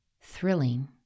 thrilling